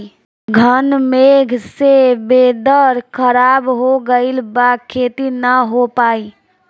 घन मेघ से वेदर ख़राब हो गइल बा खेती न हो पाई